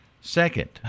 Second